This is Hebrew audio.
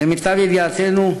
למיטב ידיעתנו,